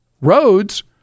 roads